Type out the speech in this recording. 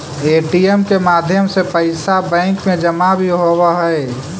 ATM के माध्यम से पैइसा बैंक में जमा भी होवऽ हइ